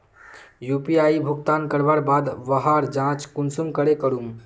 UPI भुगतान करवार बाद वहार जाँच कुंसम करे करूम?